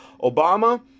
obama